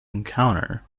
encounter